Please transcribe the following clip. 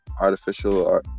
artificial